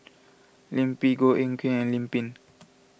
Lim Pin Goh Eck Kheng and Lim Pin